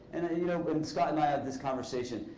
and you know but and scott and i have this conversation.